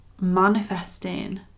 manifesting